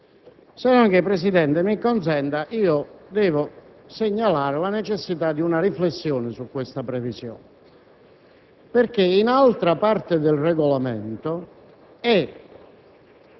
che si debba procedere immediatamente alla votazione. Se non che, signor Presidente, mi consenta di segnalare la necessità di una riflessione su questa previsione,